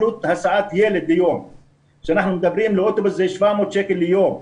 עלות הסעת ילד ביום כשאנחנו מדברים לאוטובוס הזה על 700 שקל ליום.